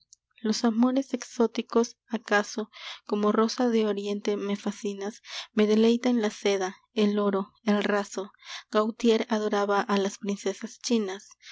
los amores exóticos acaso como rosa de oriente me fascinas me deleitan la seda el oro el raso gautier adoraba a las princesas chinas